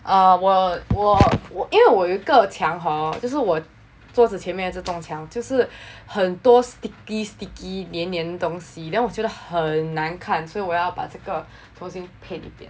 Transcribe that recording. err 我我我因为我有一个墙 hor 就是我桌子前面的撞墙就是很多 sticky sticky 粘粘东西 then 我觉得很难看所以我要把这个重新 paint 一点